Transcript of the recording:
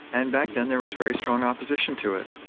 and back then there was very strong opposition to it.